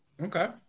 okay